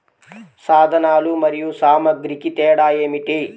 సాధనాలు మరియు సామాగ్రికి తేడా ఏమిటి?